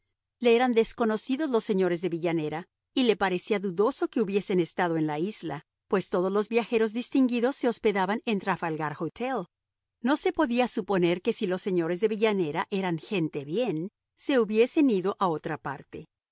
le eran desconocidos los señores de villanera y le parecía dudoso que hubiesen estado en la isla pues todos los viajeros distinguidos se hospedaban en trafalgar hotel no se podía suponer que si los señores de villanera eran gente bien se hubiesen ido a otra parte